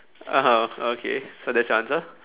(uh huh) okay so that's your answer